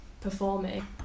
performing